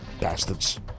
bastards